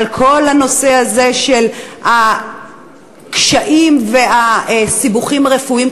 על כל הנושא הזה של הקשיים והסיבוכים הרפואיים,